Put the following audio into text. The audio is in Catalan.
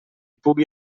pugui